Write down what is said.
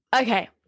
Okay